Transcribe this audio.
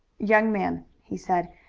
young man, he said,